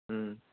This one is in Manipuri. ꯎꯝ